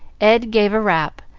ed gave a rap,